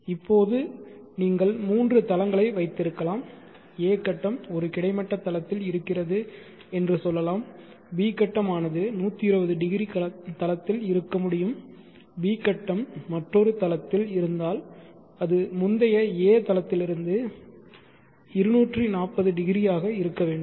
இப்போது நீங்கள் மூன்று தளங்களை வைத்திருக்கலாம் a கட்டம் ஒரு கிடைமட்ட தளத்தில் இருக்கிறது என்று சொல்லலாம் b கட்டம் ஆனது 120 டிகிரி தளத்தில் இருக்க முடியும் b கட்டம் மற்றொரு தளத்தில் இருந்தால் அது முந்தைய a தளத்திலிருந்து 240 டிகிரி ஆக இருக்க வேண்டும்